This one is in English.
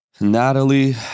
Natalie